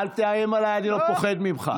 אל תאיים עליי, אני לא פוחד ממך.